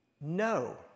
No